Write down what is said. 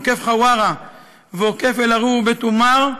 עוקף חווארה ועוקף אל-ערוב ובית אומר,